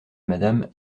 madame